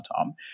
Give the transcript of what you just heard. Tom